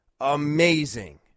amazing